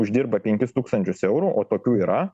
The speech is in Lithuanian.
uždirba penkis tūkstančius eurų o tokių yra